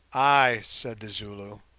ay, said the zulu.